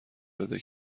بده